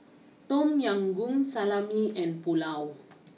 Tom Yam Goong Salami and Pulao